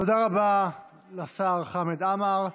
תודה רבה לשר חמד עמאר.